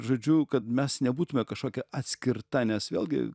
žodžiu kad mes nebūtume kažkokia atskirta nes vėlgi